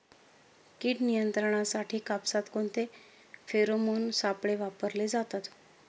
कीड नियंत्रणासाठी कापसात कोणते फेरोमोन सापळे वापरले जातात?